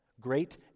great